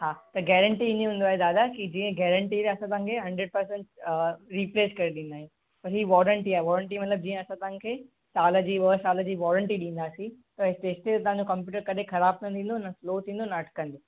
हा त गेरंटी ईअं हूंदो आहे दादा की जीअं गेरंटी जा असां तव्हां खे हंड्रेड परसंट रीपिलेस करे ॾींदा आहियूं ई वॉरंटी आहे वॉरंटी मतिलबु जीअं असां तव्हां खे साल जी ॿ साल जी वॉरंटी ॾींदासीं त तेसिताईं तव्हां जो कंप्यूटर कॾहिं ख़राबु न थींदो स्लो न थींदो न अटिकंदो